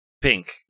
pink